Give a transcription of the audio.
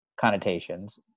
connotations